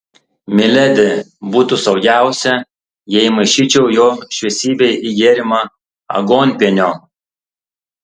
miledi būtų saugiausia jei įmaišyčiau jo šviesybei į gėrimą aguonpienio